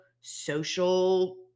social